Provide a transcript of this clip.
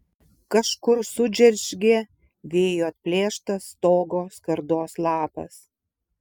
kažkur sudžeržgė vėjo atplėštas stogo skardos lapas